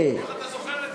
איך אתה זוכר את זה?